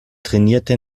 trainierte